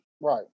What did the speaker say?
Right